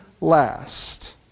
last